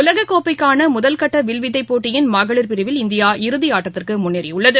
உலகக்கோப்பைக்கான முதல்கட்ட வில்வித்தைப் போட்டியிள் மகளிர் பிரிவில் இந்தியா இறுதி ஆட்டத்திற்கு முன்னேறியுள்ளது